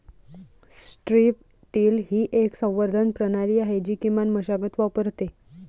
strip till ही एक संवर्धन प्रणाली आहे जी किमान मशागत वापरते